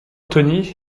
tony